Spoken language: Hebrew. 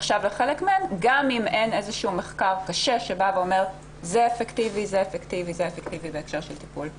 גם אם אין מחקר קשה שאומר מה אפקטיבי ומה לא בהקשר של טיפול.